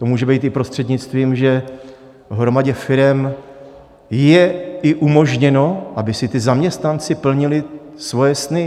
To může být i prostřednictvím, že v hromadě firem je i umožněno, by si ti zaměstnanci plnili svoje sny.